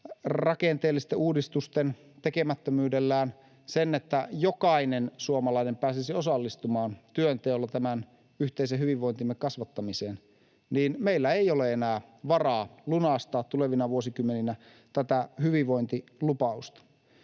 rakenteellisten uudistusten tekemättömyydellään sen, että jokainen suomalainen pääsisi osallistumaan työnteolla tämän yhteisen hyvinvointimme kasvattamiseen, niin meillä ei ole enää varaa lunastaa tulevina vuosikymmeninä tätä hyvinvointilupausta.